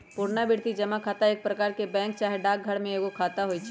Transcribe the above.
पुरनावृति जमा खता एक प्रकार के बैंक चाहे डाकघर में एगो खता होइ छइ